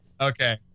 Okay